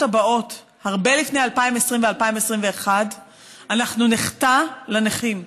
הבאות הרבה לפני 2020 ו-2021 אנחנו נחטא לנכים.